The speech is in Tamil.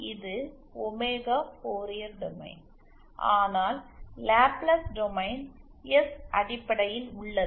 இது ஒமேகா ஃபோரியர் டொமைன் ஆனால் லாப்லேஸ் டொமைன் எஸ் அடிப்படையில் உள்ளது